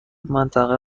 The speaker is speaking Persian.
منطقه